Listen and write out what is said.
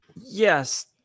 Yes